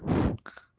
!aiyo! ya hor